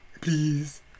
please